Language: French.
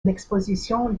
l’exposition